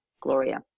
Gloria